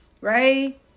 right